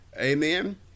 Amen